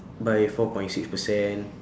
by four point six percent